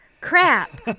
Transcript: Crap